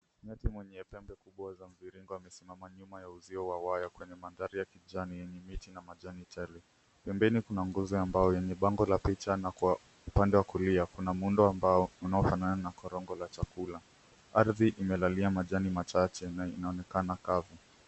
Nyati mwenye pembe kubwa za mvirigo amesimama nyuma ya uzio wa waya kwenye madhari ya kijani yenye miti na majani, pembeni kuna nguzo ambayo kuna picha na upande wa kulia kuna muundo ambao unaofanana na korongo la chakula ardhi imelalia majani machache na inaonekana kavu.